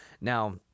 Now